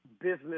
business